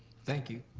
thank you.